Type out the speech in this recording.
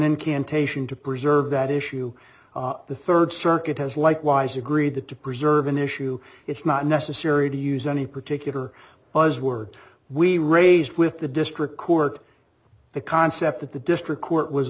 incantation to preserve that issue the third circuit has likewise agreed that to preserve an issue it's not necessary to use any particular buzzwords we raised with the district court the concept that the district court was